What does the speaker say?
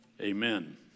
Amen